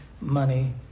money